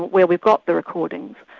where we've got the recordings,